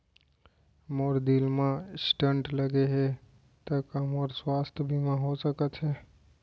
मोर दिल मा स्टन्ट लगे हे ता का मोर स्वास्थ बीमा हो सकत हे?